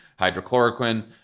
hydrochloroquine